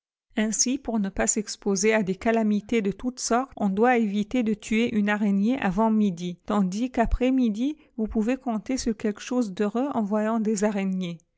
ainsi pour ne pas s'exposer à des calamités de toutes sortes on doit éviter de tuer une araignée avant midi tandis qu'après midi vous pouvez compter sur quelque chose d'heureux envoyant des araignées